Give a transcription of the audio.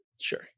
Sure